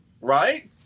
Right